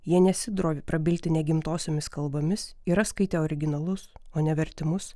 jie nesidrovi prabilti ne gimtosiomis kalbomis yra skaitę originalus o ne vertimus